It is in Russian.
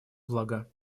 блага